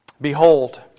Behold